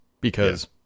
because-